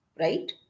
right